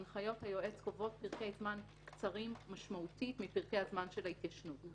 הנחיות היועץ קובעות פרקי זמן קצרים משמעותית מפרקי הזמן של ההתיישנות.